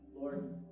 Lord